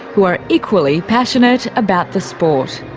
who are equally passionate about the sport.